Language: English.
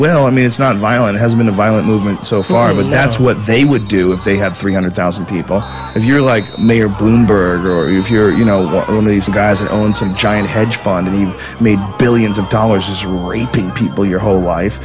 will i mean it's not violent has been a violent movement so far but that's what they would do if they had three hundred thousand people a year like mayor bloomberg or if you're you know the only guys that owns a giant hedge fund and he made billions of dollars rory the people your whole life